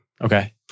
Okay